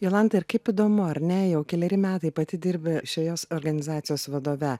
jolanta ir kaip įdomu ar ne jau keleri metai pati dirbi šiojes organizacijos vadove